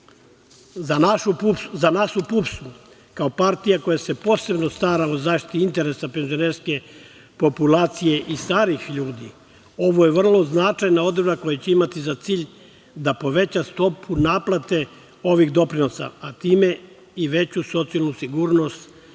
nas u PUPS-u, kao partija koja se posebno stara o zaštiti interesa penzionerske populacije i starih ljudi ovo je vrlo značajna odredba koja će imati za cilj da poveća stopu naplate ovih doprinosa, a time i veću socijalnu sigurnost